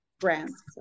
grants